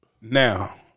now